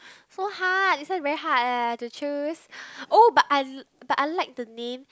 so hard this one very hard eh have to choose oh but I but I like the name